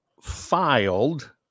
filed